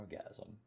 orgasm